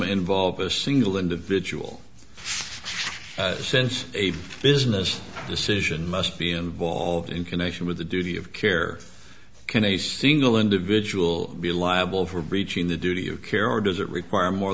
involve a single individual since a business decision must be involved in connection with the duty of care can a single individual be liable for breaching the duty of care or does it require more